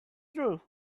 through